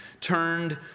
turned